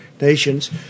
nations